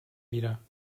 wieder